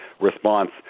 response